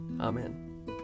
Amen